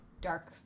dark